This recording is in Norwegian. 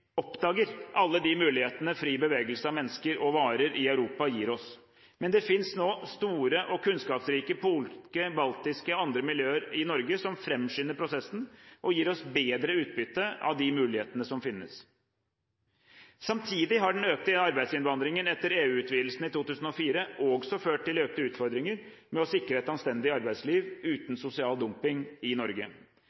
oppdager alle de mulighetene fri bevegelse av mennesker og varer i Europa gir oss. Men det finnes nå store og kunnskapsrike polske, baltiske og andre miljøer i Norge som framskynder prosessen, og gir oss bedre utbytte av de mulighetene som finnes. Samtidig har den økte arbeidsinnvandringen etter EU-utvidelsen i 2004 også ført til økte utfordringer med å sikre et anstendig arbeidsliv uten